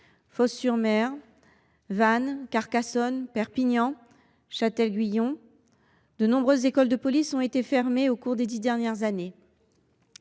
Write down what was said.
Fos sur Mer, Vannes, Carcassonne, Perpignan, Châtel Guyon : de nombreuses écoles de police ont été fermées au cours des dix dernières années.